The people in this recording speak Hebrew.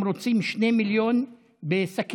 הם רוצים 2 מיליון בשקיות,